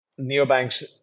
neobanks